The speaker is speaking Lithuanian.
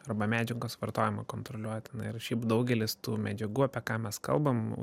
arba medžiagos vartojimą kontroliuoti na ir šiaip daugelis tų medžiagų apie ką mes kalbam